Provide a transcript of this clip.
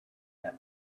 yet